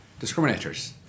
discriminators